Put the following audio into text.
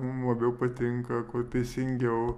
mum labiau patinka kuo teisingiau